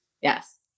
yes